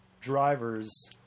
drivers